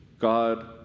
God